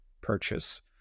purchase